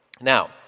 Now